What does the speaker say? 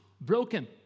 broken